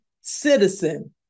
citizen